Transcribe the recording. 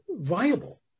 viable